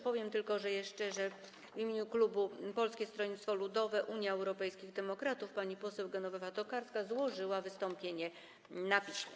Powiem tylko jeszcze, że w imieniu klubu Polskiego Stronnictwa Ludowego - Unii Europejskich Demokratów pani poseł Genowefa Tokarska złożyła wystąpienie na piśmie.